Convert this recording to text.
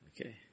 Okay